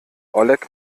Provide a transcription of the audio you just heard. oleg